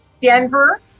Denver